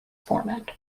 format